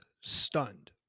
stunned